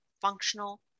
functional